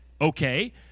okay